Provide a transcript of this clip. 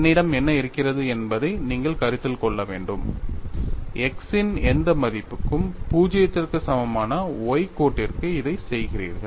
என்னிடம் என்ன இருக்கிறது என்பதை நீங்கள் கருத்தில் கொள்ள வேண்டும் x இன் எந்த மதிப்புக்கும் 0 க்கு சமமான y கோட்டிர்க்கு இதைச் செய்கிறீர்கள்